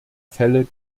fälle